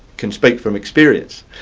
can speak from experience,